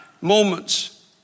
moments